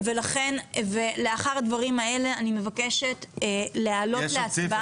ולאחר הדברים האלו אני מבקשת להעלות להצבעה.